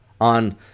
on